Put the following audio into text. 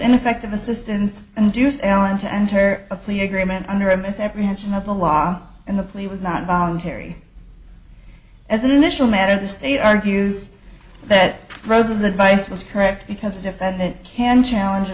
ineffective assistance induced allen to enter a plea agreement under a misapprehension of the law and the plea was not voluntary as an initial matter the state argues that rose's advice was correct because a defendant can challenge